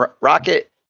Rocket